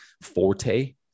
forte